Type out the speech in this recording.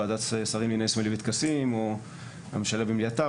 ועדת שרים לענייני סמלים וטקסים או הממשלה במליאתה,